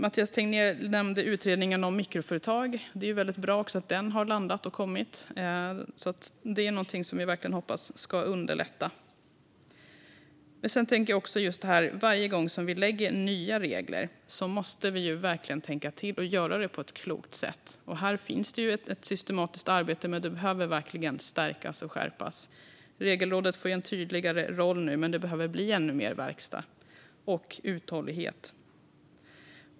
Mathias Tegnér nämnde utredningen om mikroföretag. Det är väldigt bra att den har kommit, och vi hoppas verkligen att detta ska underlätta. Sedan tänker jag på att varje gång som vi skapar nya regler måste vi verkligen tänka till och göra det på ett klokt sätt. Här finns ett systematiskt arbete, men det behöver stärkas och skärpas. Regelrådet får en tydligare roll nu, men det behöver bli ännu mer verkstad och mer uthållighet.